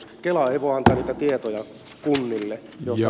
kela ei voi antaa niitä tietoja kunnille